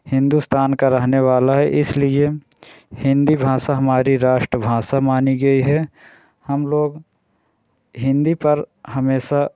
हिंदुस्तान का रहने वाला है इसलिए हिन्दी भाषा हमारी राष्ट्र भाषा मानी गई है हम लोग हिन्दी पर हमेशा